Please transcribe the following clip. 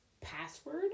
password